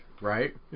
right